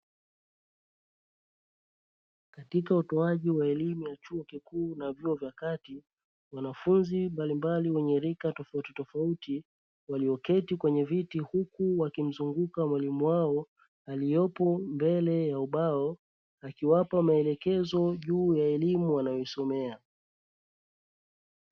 Katika utoaji wa elimu ya chuo kikuu na vyuo vya kati wanafunzi mbali mbali wenye rika tofauti tofauti walioketi kwenye viti, huku wakimzunguka mwalimu wao aliyopo mbele ya ubao akiwapa maelekezo juu ya elimu wanayoisomea.